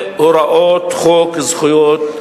זו טעות, סליחה, אז טעות.